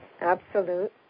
absolute